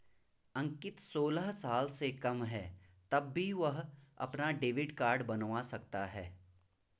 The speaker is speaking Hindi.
अंकित सोलह साल से कम है तब भी वह अपना डेबिट कार्ड बनवा सकता है